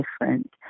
different